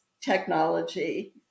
technology